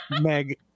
Meg